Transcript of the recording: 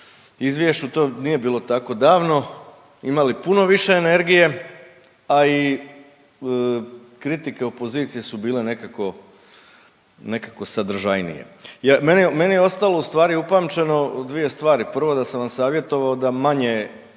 izvješću, to nije bilo tako davno, imali puno više energije, a i kritike opozicije su bile nekako, nekako sadržajnije. Meni je, meni je ostalo ustvari upamćeno dvije stvari, prvo, da sam vam savjetovao da manje